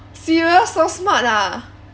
serious so smart ah